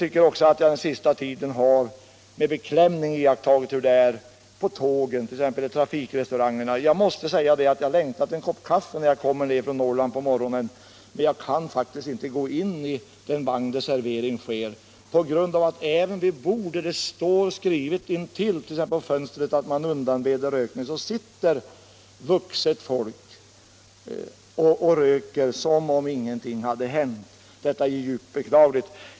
Under den senaste tiden har jag också med beklämning iakttagit hur det är på tågen, t.ex. i trafikrestaurangerna. Jag måste säga att jag längtar efter en kopp kaffe när jag kommer från Norrland på morgonen, men jag kan faktiskt inte gå in i den vagnen där servering sker. Även vid bord intill fönster där det står skrivet att rökning undanbedes sitter nämligen vuxet folk och röker som om ingenting hade hänt. Det är djupt beklagligt.